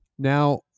Now